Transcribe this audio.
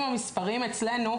במספרים אצלנו,